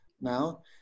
now